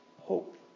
hope